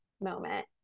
moment